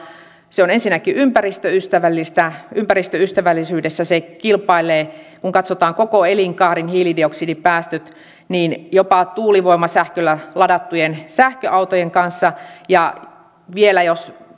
se on ensinnäkin ympäristöystävällistä ympäristöystävällisyydessä se kilpailee kun katsotaan koko elinkaaren hiilidioksidipäästöt jopa tuulivoimasähköllä ladattujen sähköautojen kanssa ja vielä jos